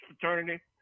fraternity